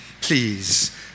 Please